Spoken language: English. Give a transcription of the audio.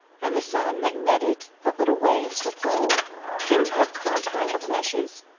and the sun that netted the little waves with gold seemed to have caught her in its meshes.